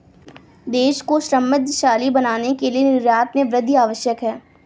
देश को समृद्धशाली बनाने के लिए निर्यात में वृद्धि आवश्यक है